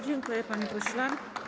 Dziękuję, panie pośle.